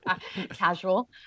Casual